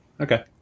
Okay